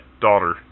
Daughter